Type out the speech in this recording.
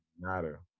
matter